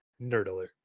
nerdler